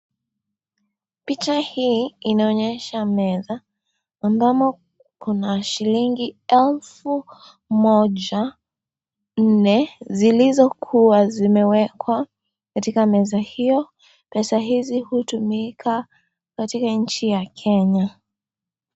Picha hii inaonyesha meza ambamo kuna shilingi elfu moja nne zilizokuwa zimewekwa katika meza hiyo. Pesa hizi hutumika katika nchi ya kenya.